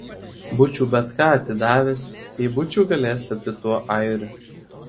būčiau bet ką atidavęs jei būčiau galėjęs tapti tuo airiu